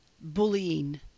bullying